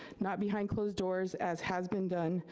not behind closed doors as has been done,